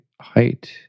Height